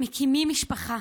מקימים משפחה.